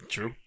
True